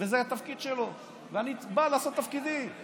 וזה התפקיד שלו, ואני בא לעשות את תפקידי.